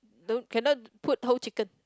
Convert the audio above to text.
don't cannot put whole chicken